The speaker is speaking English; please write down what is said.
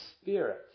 Spirit